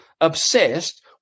obsessed